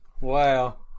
wow